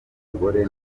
umugore